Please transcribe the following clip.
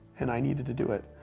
and i needed to do it.